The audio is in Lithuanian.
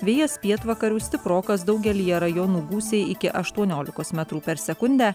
vėjas pietvakarių stiprokas daugelyje rajonų gūsiai iki aštuoniolikos metrų per sekundę